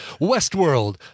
Westworld